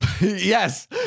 Yes